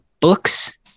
books